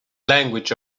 language